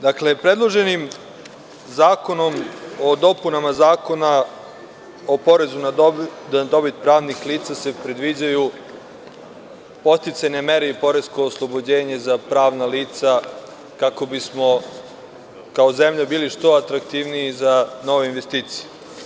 Dakle, predloženim zakonom o dopunama Zakona o porezu da dobit pravnih lica se predviđaju podsticajne mere i poresko oslobođenje za pravna lica kako bi smo kao zemlja bili što atraktivnija za nove investicije.